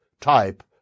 type